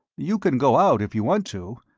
you can go out, if you want to,